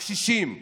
הקשישים,